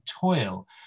toil